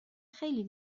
خیلی